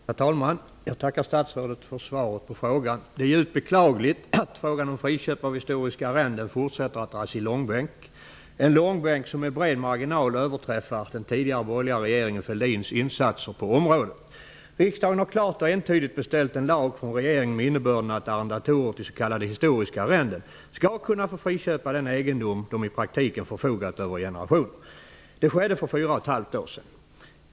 Herr talman! Jag tackar statsrådet för svaret på frågan. Det är djupt beklagligt att frågan om friköp av historiska arrenden fortsätter att dras i längbänk, en långbänk där man med bred marginal överträffar den tidigare borgerliga regeringen Fälldins insatser på området. Riksdagen har klart och entydigt beställt en lag från regeringen, med innebörden att arrendatorer av s.k. historiska arrenden skall kunna friköpa den egendom de i praktiken förfogat över i generationer. Det skedde för fyra och ett halvt år sedan.